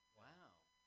wow